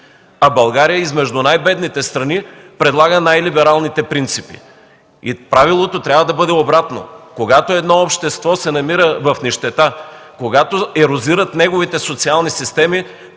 А България измежду най-бедните страни, предлага най-либералните принципи. Правилото трябва да бъде обратното – когато едно общество се намира в нищета, когато ерозират неговите социални системи,